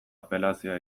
apelazioa